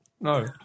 No